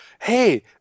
hey